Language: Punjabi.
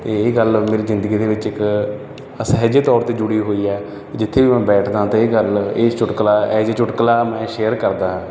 ਅਤੇ ਇਹ ਗੱਲ ਮੇਰੀ ਜ਼ਿੰਦਗੀ ਦੇ ਵਿੱਚ ਇੱਕ ਅਸਹਿਜੇ ਤੌਰ 'ਤੇ ਜੁੜੀ ਹੋਈ ਹੈ ਜਿੱਥੇ ਵੀ ਮੈਂ ਬੈਠਦਾ ਹਾਂ ਤਾਂ ਇਹ ਗੱਲ ਇਹ ਚੁਟਕਲਾ ਐਜ ਏ ਚੁਟਕਲਾ ਮੈਂ ਸ਼ੇਅਰ ਕਰਦਾ ਹਾਂ